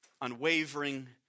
unwavering